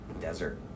desert